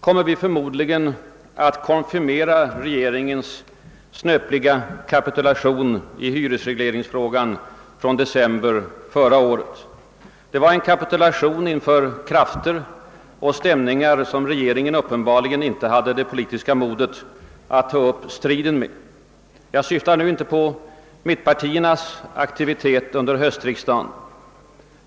kommer vi förmodligen att konfirmera regeringens snöpliga kapitulation i hyresregleringsfrågan från december förra året. Det var en kapitulation inför krafter och stämningar som regeringen uppenbarligen inte hade det politiska modet att ta upp striden med. Jag syftar nu inte på mittenpartiernas aktivitet under höstriksdagen.